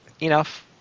Enough